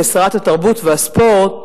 כשרת התרבות והספורט,